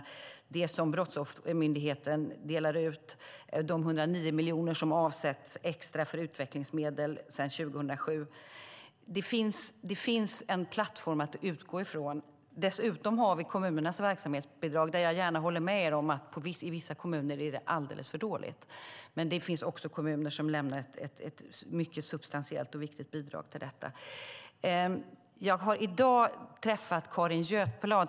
Det handlar om det som Brottsoffermyndigheten delar ut och de 109 miljoner som avsätts extra för utvecklingsmedel sedan 2007. Det finns en plattform att utgå från. Dessutom har vi kommunernas verksamhetsbidrag, och jag håller med om att det i vissa kommuner är alldeles för dåligt. Men det finns också kommuner som lämnar ett substantiellt och viktigt bidrag till detta. Jag har i dag träffat Carin Götblad.